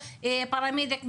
או פרמדיק ממד"א,